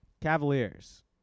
Cavaliers